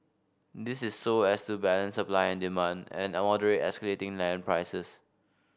this is so as to balance supply and demand and moderate escalating land prices